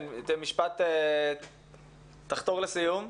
תחתור לסיום.